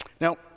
Now